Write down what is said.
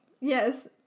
Yes